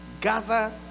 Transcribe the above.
gather